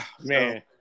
Man